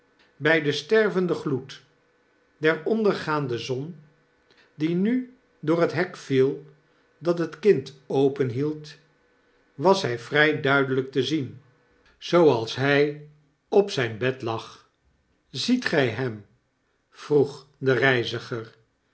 by den stervenden gloed der ondergaande zon die nu door het hek viel dat het kind openhield was hy vry duidelyk te zien zooals hy op zyn bed lag ziet gy hem vroeg de reiziger